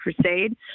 Crusade